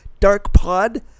darkpod